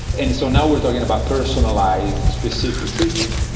and so now we're talking about personalised specific treatments.